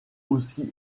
aussi